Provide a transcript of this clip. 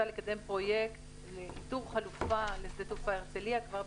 לקדם פרויקט לאיתור חלופה לשדה תעופה הרצליה.